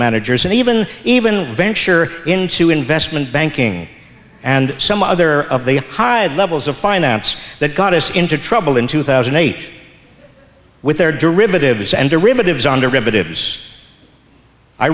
managers and even even venture into investment banking and some other of the hyde levels of finance that got us into trouble in two thousand and eight with their derivative